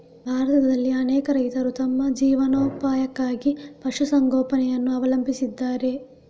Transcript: ಭಾರತದಲ್ಲಿ ಅನೇಕ ರೈತರು ತಮ್ಮ ಜೀವನೋಪಾಯಕ್ಕಾಗಿ ಪಶು ಸಂಗೋಪನೆಯನ್ನು ಅವಲಂಬಿಸಿದ್ದಾರೆ